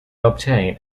obtain